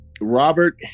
Robert